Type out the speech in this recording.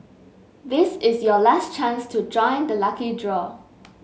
this is your last chance to join the lucky draw